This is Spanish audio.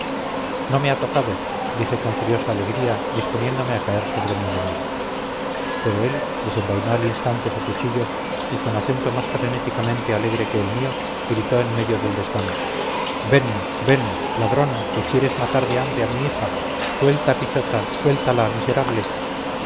no me ha tocado dije con furiosa alegría disponiéndome a caer sobre mi enemigo pero él desenvainó al instante su cuchillo y con acento más frenéticamente alegre que el mío gritó en medio del desván ven ven ladrón que quieres matar de hambre a mi hija suelta a pichota suéltala miserable